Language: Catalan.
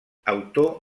autor